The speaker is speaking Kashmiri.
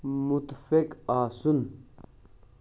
مُتفِق آسُن